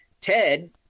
Ted